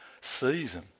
season